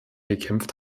gekämpft